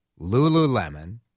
Lululemon